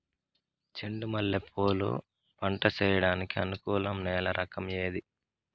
చెండు మల్లె పూలు పంట సేయడానికి అనుకూలం నేల రకం ఏది